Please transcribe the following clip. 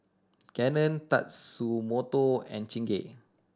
Canon Tatsumoto and Chingay